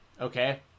okay